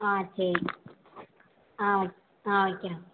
ஆ சரி ஆ ஆ வைக்கிறேன்